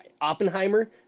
Oppenheimer